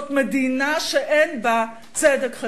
זאת מדינה שאין בה צדק חברתי.